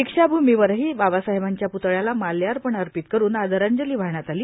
दीक्षाभूमीवरही बाबासाहेबांच्या प्तळ्याला माल्यार्पण अर्पित करून आदरांजली वाहण्यात आली